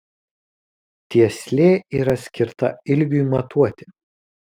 tieslė yra skirta ilgiui matuoti